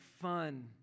fun